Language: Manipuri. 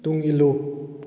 ꯇꯨꯡ ꯏꯜꯂꯨ